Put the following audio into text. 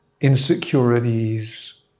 insecurities